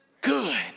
good